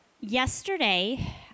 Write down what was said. yesterday